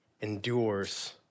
endures